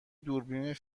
دوربین